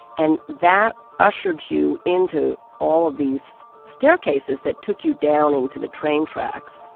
and that ushered you into all of these staircases that took you down into the train tracks